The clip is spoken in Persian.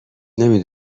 نمی